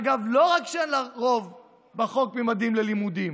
ואגב, לא רק כשאין לה רוב בחוק ממדים ללימודים.